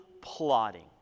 plotting